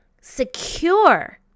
secure